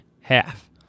half